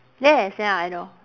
yes ya I know